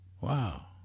wow